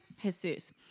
Jesus